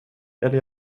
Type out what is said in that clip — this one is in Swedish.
eller